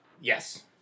Yes